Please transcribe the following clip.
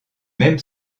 même